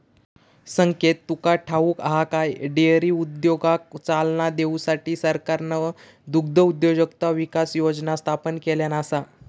संकेत तुका ठाऊक हा काय, डेअरी उद्योगाक चालना देऊसाठी सरकारना दुग्धउद्योजकता विकास योजना स्थापन केल्यान आसा